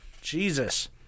Jesus